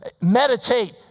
meditate